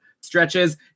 stretches